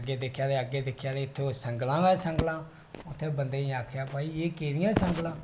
अग्गै दिक्खेआ ते अग्गै संगला ते संगला उत्थै बंदे गी आखेआ भाई एह कैह्दियां संगलां न